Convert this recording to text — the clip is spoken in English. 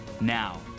Now